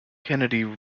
kenney